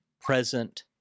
Present